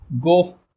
go